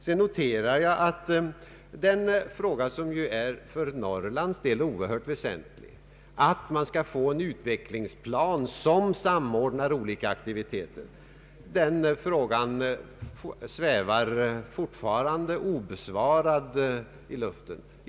Sedan noterar jag att det för Norrlands del är oerhört väsentligt att man får en utvecklingsplan som samordnar olika aktiviteter. Den saken svävar alltjämt i luften.